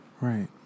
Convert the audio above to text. right